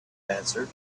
answered